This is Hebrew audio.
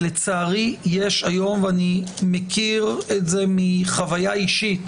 לצערי, ואני מכיר את זה מחוויה אישית